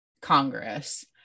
Congress